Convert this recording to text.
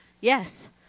Yes